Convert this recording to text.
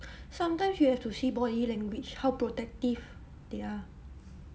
sometimes you have to see body language how protective they are